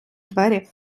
двері